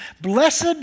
blessed